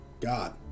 God